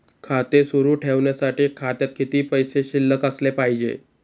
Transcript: खाते सुरु ठेवण्यासाठी खात्यात किती पैसे शिल्लक असले पाहिजे?